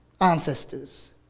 ancestors